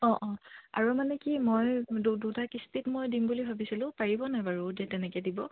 অঁ অঁ আৰু মানে কি মই দু দুটা কিস্তিত মই দিম বুলি ভাবিছিলোঁ পাৰিব নাই বাৰু এতিয়া তেনেকৈ দিব